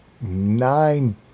nine